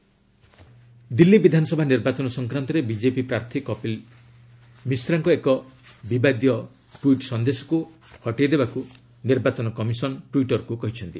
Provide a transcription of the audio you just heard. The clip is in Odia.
ଇସିଆଇ କପିଲ ମିଶ୍ରା ଦିଲ୍ଲୀ ବିଧାନସଭା ନିର୍ବାଚନ ସଂକ୍ରାନ୍ତରେ ବିଜେପି ପ୍ରାର୍ଥୀ କପିଲ ମିଶ୍ରାଙ୍କ ଏକ ବିବାଦୀୟ ଟ୍ୱିଟ୍ ସନ୍ଦେଶକୁ ହଟେଇ ଦେବାକୁ ନିର୍ବାଚନ କମିଶନ ଟ୍ୱିଟରକୁ କହିଛନ୍ତି